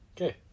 Okay